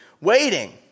waiting